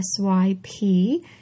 SYP